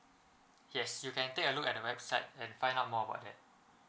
yes you can take a look at the website and find out more about that